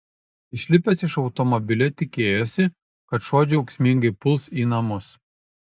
išlipęs iš automobilio tikėjosi kad šuo džiaugsmingai puls į namus